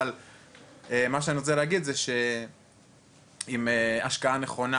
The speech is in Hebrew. אבל מה שאני רוצה להגיד עם השקעה נכונה